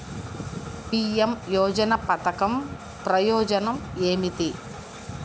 PM యోజన పధకం ప్రయోజనం ఏమితి?